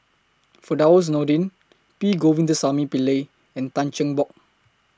Firdaus Nordin P Govindasamy Pillai and Tan Cheng Bock